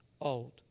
old